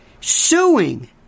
suing